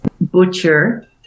butcher